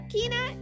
Kina